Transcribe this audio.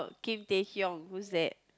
Kim Tae Hyung who's that